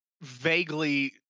vaguely